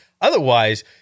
Otherwise